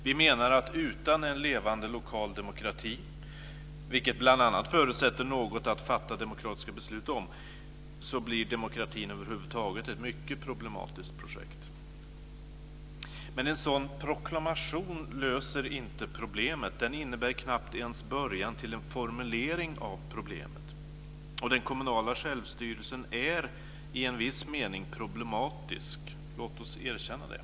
Vi menar att utan en levande lokal demokrati - vilken bl.a. förutsätter något att fatta demokratiska beslut om - blir demokratin över huvud taget ett mycket problematiskt projekt. Men en sådan proklamation löser inte problemet. Den innebär knappt ens en början till en formulering av problemet. Och den kommunala självstyrelsen är i en viss mening problematisk; låt oss erkänna det.